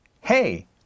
hey